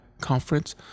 conference